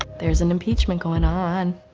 there's an impeachment going on.